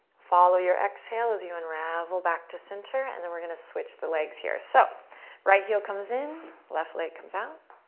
follow your exhale as you unravel back to center, and then we're going to switch the legs here. so right heel comes in, left leg comes out.